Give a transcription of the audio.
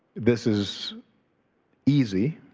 this is easy